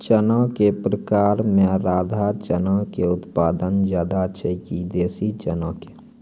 चना के प्रकार मे राधा चना के उत्पादन ज्यादा छै कि देसी चना के?